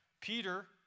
Peter